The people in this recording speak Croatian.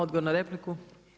Odgovor na repliku.